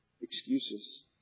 Excuses